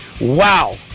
Wow